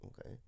Okay